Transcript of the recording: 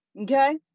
Okay